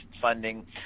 funding